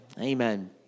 Amen